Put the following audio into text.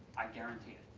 i guarantee it.